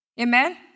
Amen